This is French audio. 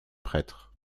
prêtre